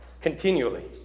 continually